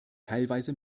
teilweise